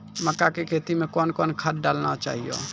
मक्का के खेती मे कौन कौन खाद डालने चाहिए?